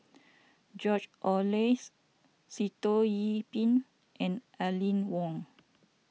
George Oehlers Sitoh Yih Pin and Aline Wong